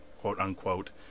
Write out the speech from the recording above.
quote-unquote